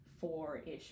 four-ish